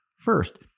First